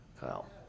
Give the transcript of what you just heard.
Kyle